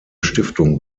stiftung